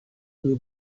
will